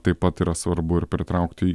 taip pat yra svarbu ir pritraukti